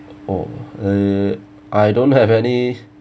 oh uh I don't have any